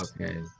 Okay